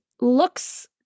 looks